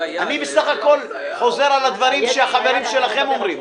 אני בסך הכול חוזר על הדברים שהחברים שלכם אומרים,